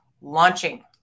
launching